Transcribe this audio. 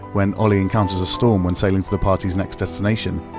when oli encounters a storm when sailing to the party's next destination,